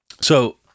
So-